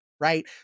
right